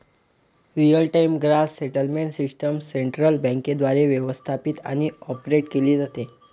real time gross settlement system central बँकेद्वारे व्यवस्थापित आणि ऑपरेट केली जाते